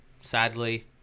sadly